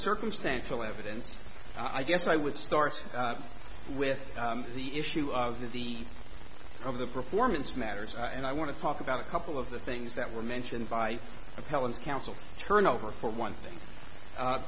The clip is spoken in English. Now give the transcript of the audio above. circumstantial evidence i guess i would start with the issue of the of the performance matters and i want to talk about a couple of the things that were mentioned by appellants counsel turn over for one thing